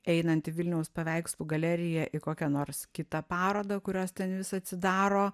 einant į vilniaus paveikslų galeriją į kokią nors kitą parodą kurios ten vis atsidaro